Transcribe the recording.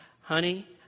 honey